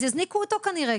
אז יזניקו אותו כנראה.